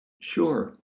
Sure